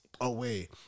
away